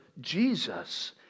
jesus